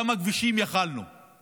כמה כבישים יכולנו;